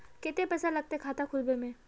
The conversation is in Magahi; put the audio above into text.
केते पैसा लगते खाता खुलबे में?